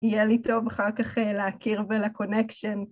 יהיה לי טוב אחר כך להכיר ולקונקשן